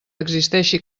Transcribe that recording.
existeixi